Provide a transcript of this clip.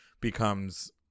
becomes